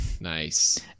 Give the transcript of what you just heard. Nice